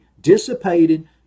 dissipated